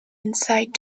insight